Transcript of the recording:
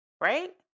Right